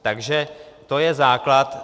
Takže to je základ.